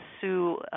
sue